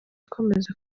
akomeza